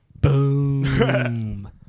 Boom